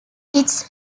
its